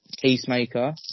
peacemaker